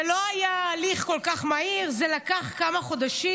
זה לא היה הליך כל כך מהיר, זה לקח כמה חודשים,